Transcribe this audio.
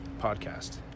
Podcast